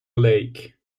lake